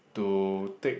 to take